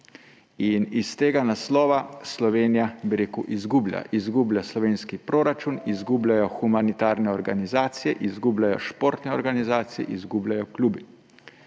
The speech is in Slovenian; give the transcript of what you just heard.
S tega naslova Slovenija izgublja, izgublja slovenski proračun, izgubljajo humanitarne organizacije, izgubljajo športne organizacije, izgubljajo klubi.